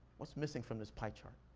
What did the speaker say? what's missing from this pie chart?